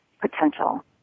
potential